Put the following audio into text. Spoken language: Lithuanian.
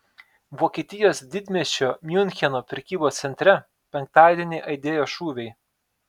vokietijos didmiesčio miuncheno prekybos centre penktadienį aidėjo šūviai